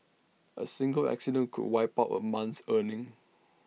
A single accident could wipe out A month's earnings